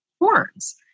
horns